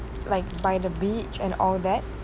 like by the beach and all that